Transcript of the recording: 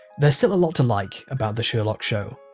there's still a lot to like about the sherlock show,